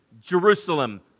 Jerusalem